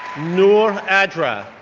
noor adra,